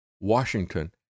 Washington